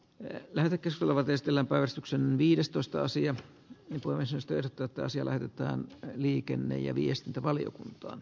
ne värikäs oleva testillä vastuksen viidestoista sija irtoaa seesteiset jonka se lähetetään liikenne ja viestintävaliokuntaan